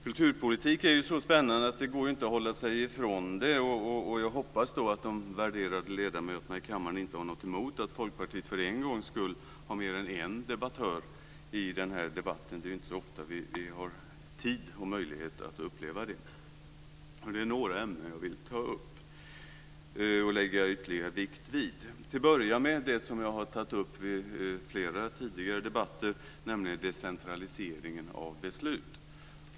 Kulturpolitik är så spännande att det inte går att hålla sig ifrån den. Jag hoppas att de värderade ledamöterna i kammaren inte har något emot att Folkpartiet för en gångs skull har mer än en debattör i debatten. Det är ju inte så ofta som vi har tid och möjlighet att uppleva det. Det är några ämnen som jag vill ta upp och lägga ytterligare vikt vid. Jag ska börja med något som jag tagit upp i flera tidigare debatter, nämligen decentraliseringen av beslut.